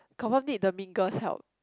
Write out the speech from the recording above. confirm need the mingles help